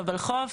בוולחו"פ,